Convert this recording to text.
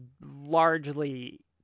largely